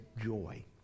joy